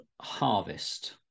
harvest